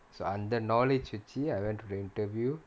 so அந்த:antha knowledge வெச்சு:vechu I went to the interview